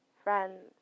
Friends